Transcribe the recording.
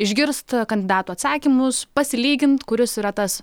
išgirst kandidatų atsakymus pasilygint kuris yra tas